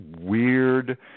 weird